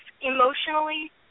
emotionally